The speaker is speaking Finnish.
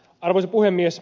arvoisa puhemies